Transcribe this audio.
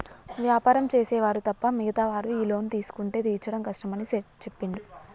వ్యాపారం చేసే వారు తప్ప మిగతా వారు ఈ లోన్ తీసుకుంటే తీర్చడం కష్టమని సేట్ చెప్పిండు